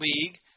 league